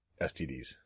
STDs